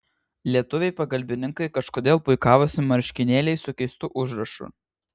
lietuviai pagalbininkai kažkodėl puikavosi marškinėliais su keistu užrašu